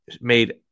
made